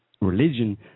religion